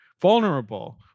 vulnerable